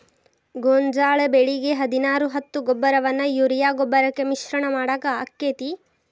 ಗೋಂಜಾಳ ಬೆಳಿಗೆ ಹದಿನಾರು ಹತ್ತು ಗೊಬ್ಬರವನ್ನು ಯೂರಿಯಾ ಗೊಬ್ಬರಕ್ಕೆ ಮಿಶ್ರಣ ಮಾಡಾಕ ಆಕ್ಕೆತಿ?